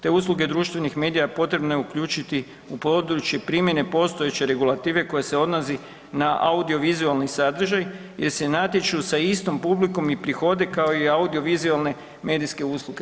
Te usluge društvenih medija potrebno uključiti u područje primjene postojeće regulative koja se odnosi na audiovizualni sadržaj jer se natječu sa istom publikom i prihode kao i audiovizualne medijske usluge.